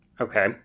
Okay